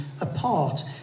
apart